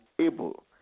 able